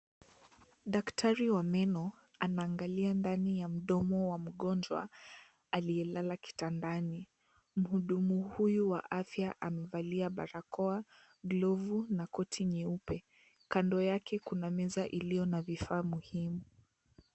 Daktari wa meno anaangalia ndani ya mdomo wa mgonjwa aliyelala kitandani. Mhudumu huyu wa afya amevalia barakoa, glovu na koti nyeupe. Kando yake kuna meza iliyo na vifaa muhimu.